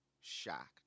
shocked